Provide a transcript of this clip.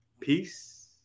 peace